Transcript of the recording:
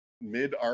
mid